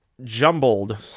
jumbled